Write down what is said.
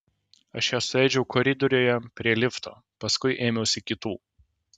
aš ją suėdžiau koridoriuje prie lifto paskui ėmiausi kitų